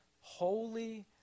holy